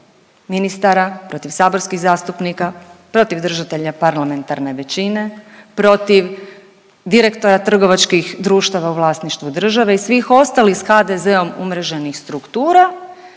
ministara, protiv saborskih zastupnika, protiv držatelja parlamentarne većine, protiv direktora trgovačkih društava u vlasništvu države i svih ostalih s HDZ-om umreženim struktura